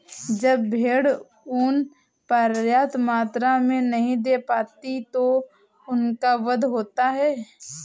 जब भेड़ ऊँन पर्याप्त मात्रा में नहीं दे पाती तो उनका वध होता है